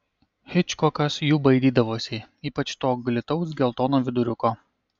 hičkokas jų baidydavosi ypač to glitaus geltono viduriuko